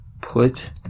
Put